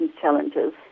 challenges